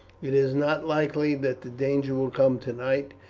it is not likely that the danger will come tonight,